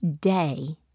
day